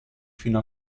fino